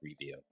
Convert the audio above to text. review